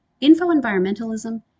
info-environmentalism